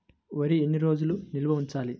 వరి ఎన్ని రోజులు నిల్వ ఉంచాలి?